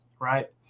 right